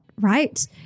right